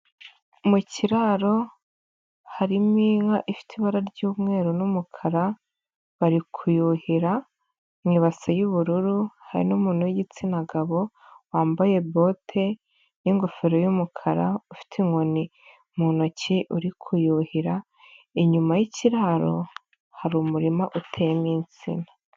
Mu kiraro harimo inka ifite ibara ry'umweru n'umukara, bari kuyuhira mu ibasi y'ubururu, hari n'umuntu w'igitsina gabo, wambaye bote n'ingofero y'umukara, ufite inkoni mu ntoki uri kuyuhira, inyuma y'kiraro hari umurima uteyemo insina.